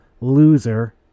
loser